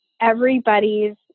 everybody's